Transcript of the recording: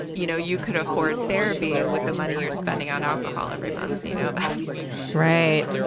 you know you could afford therapy with the money you're spending on alcohol every month. you know but right.